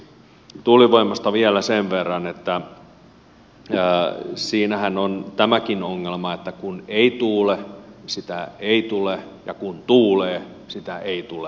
tuulivoimasta vielä sen verran että siinähän on tämäkin ongelma että kun ei tuule sitä ei tule ja kun tuulee sitä ei tule